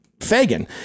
Fagan